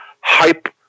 hype